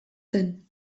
zen